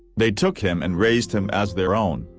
they took him and raised him as their own.